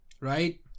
right